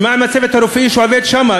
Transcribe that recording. מה עם הצוות הרפואי שעובד שם,